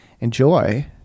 enjoy